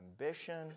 ambition